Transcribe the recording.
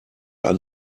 ein